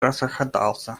расхохотался